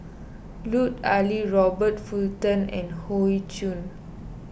Lut Ali Robert Fullerton and Hoey Choo